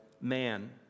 man